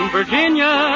Virginia